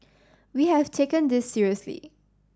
we have taken this seriously